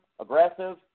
aggressive